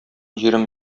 җирем